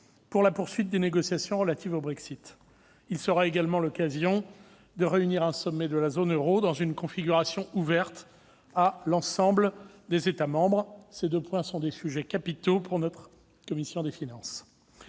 pour la poursuite des négociations relatives au Brexit. Il sera également l'occasion de réunir un sommet de la zone euro dans une configuration ouverte à l'ensemble des États membres. Ces deux points sont des sujets capitaux pour la commission des finances.